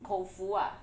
Koufu ah